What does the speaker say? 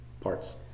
parts